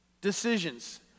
Decisions